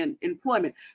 employment